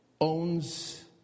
owns